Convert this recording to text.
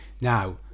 Now